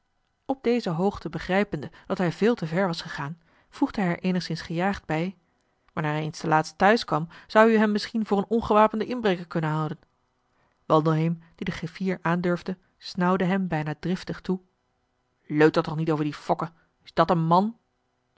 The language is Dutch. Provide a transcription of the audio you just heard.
op deze hoogte begrijpende dat hij veel te ver was gegaan voegde hij er eenigzins gejaagd bij wanneer hij eens laat te huis kwam zou u hem misschien voor een ongewapenden inbreker kunnen houden wandelheem die den griffier aandurfde snauwde hem bijna driftig toe leuter toch niet over dien fokke is dat een man